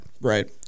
Right